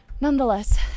Nonetheless